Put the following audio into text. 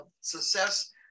success